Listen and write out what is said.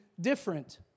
different